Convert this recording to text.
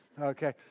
Okay